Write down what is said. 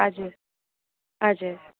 हजुर हजुर